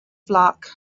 flock